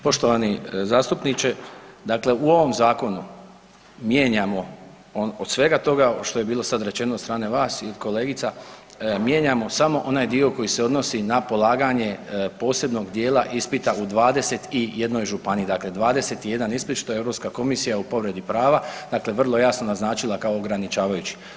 Poštovani zastupniče, dakle u ovom zakonu mijenjamo od svega toga što je bilo sad rečeno od strane vas i od kolegica, mijenjamo samo onaj dio koji se odnosi na polaganje posebnog djela ispita u 21 županiji, dakle 21 ispit što je Europska komisija u povredi prava dakle vrlo jasno naznačila kao ograničavajući.